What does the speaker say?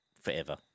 Forever